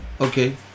okay